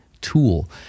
tool